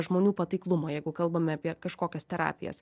žmonių pataiklumo jeigu kalbame apie kažkokias terapijas